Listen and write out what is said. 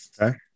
Okay